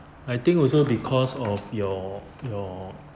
I think also because of your your